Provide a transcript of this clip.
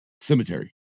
cemetery